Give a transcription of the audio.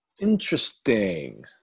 interesting